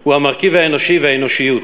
הוא המרכיב האנושי והאנושיות,